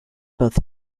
both